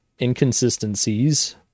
inconsistencies